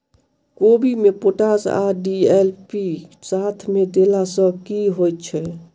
कोबी मे पोटाश आ डी.ए.पी साथ मे देला सऽ की होइ छै?